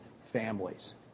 families